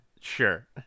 Sure